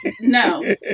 No